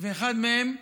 ואחד מהם בשדרות.